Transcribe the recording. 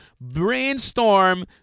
Brainstorm